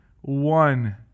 one